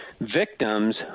victims